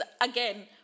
again